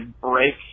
break